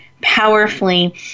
powerfully